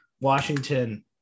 Washington